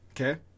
okay